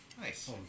Nice